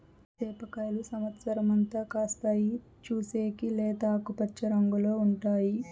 సేప కాయలు సమత్సరం అంతా కాస్తాయి, చూసేకి లేత ఆకుపచ్చ రంగులో ఉంటాయి